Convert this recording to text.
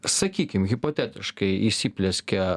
sakykim hipotetiškai įsiplieskia